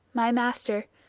my master,